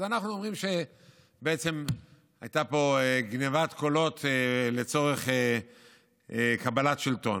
אז אנחנו אומרים שבעצם הייתה פה גנבת קולות לצורך קבלת שלטון.